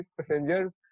passengers